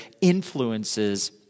influences